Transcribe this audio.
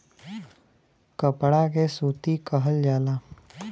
कपड़ा के सूती कहल जाला